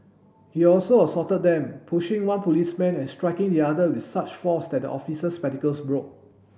he also assaulted them pushing one policeman and striking the other with such force that the officer's spectacles broke